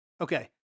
Okay